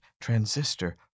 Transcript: transistor